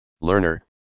Learner